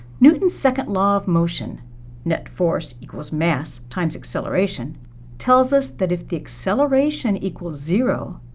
newton's second law of motion net force equals mass times acceleration tells us that if the acceleration equals zero,